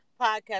podcast